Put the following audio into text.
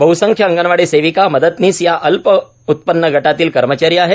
बहसंख्य अंगणवाडी सेविकाए मदतनीस या अल्प उत्पन्न गटातील कर्मचारी आहेत